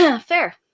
Fair